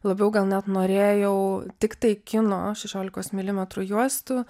labiau gal net norėjau tiktai kino šešiolikos milimetrų juostų